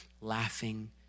laughing